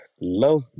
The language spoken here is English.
love